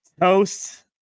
Toast